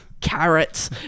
carrots